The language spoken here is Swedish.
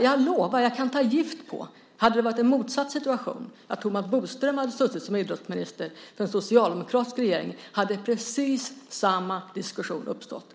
Jag lovar och kan ta gift på att hade det varit den motsatta situationen, att Thomas Bodström satt som idrottsminister i en socialdemokratisk regering, skulle precis samma diskussion ha uppstått.